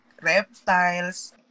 reptiles